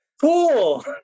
cool